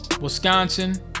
wisconsin